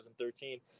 2013